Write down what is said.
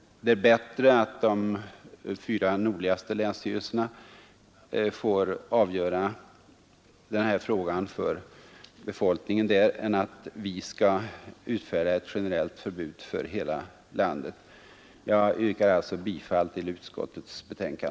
Det är bättre att de fyra nordligaste länsstyrelserna får avgöra denna fråga för befolkningen i dessa län än att vi utfärdar ett generellt förbud för hela landet. Jag yrkar alltså bifall till utskottets hemställan.